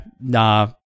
Nah